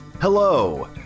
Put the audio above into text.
Hello